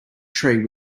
tree